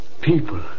People